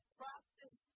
practice